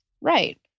Right